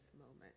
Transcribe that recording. moment